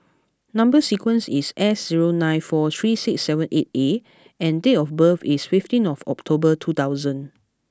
number sequence is S zero nine four three six seven eight A and date of birth is fifteen October two thousand